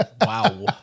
wow